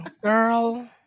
girl